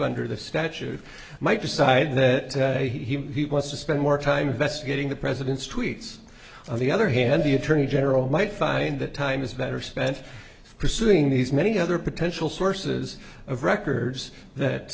under the statute might decide that he wants to spend more time investigating the president's tweets on the other hand the attorney general might find that time is better spent pursuing these many other potential sources of records